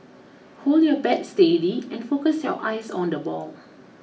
hold your bat steady and focus your eyes on the ball